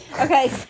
Okay